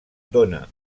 dóna